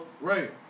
Right